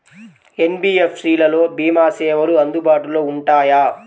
NBFC లలో భీమా సేవలు అందుబాటులో ఉంటాయా?